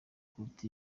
kuruta